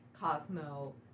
Cosmo